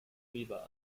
weber